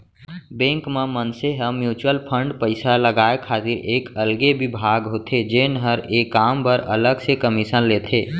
bank म मनसे ह म्युचुअल फंड पइसा लगाय खातिर एक अलगे बिभाग होथे जेन हर ए काम बर अलग से कमीसन लेथे